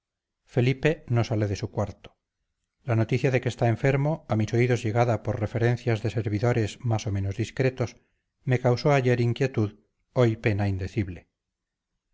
felipe no sale de su cuarto la noticia de que está enfermo a mis oídos llegada por referencias de servidores más o menos discretos me causó ayer inquietud hoy pena indecible